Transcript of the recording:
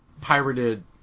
pirated